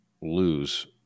lose